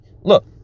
look